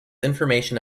information